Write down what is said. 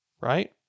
right